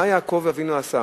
מה יעקב אבינו עשה,